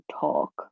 talk